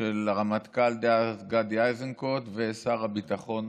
של הרמטכ"ל דאז גדי איזנקוט ושר הביטחון